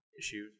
issues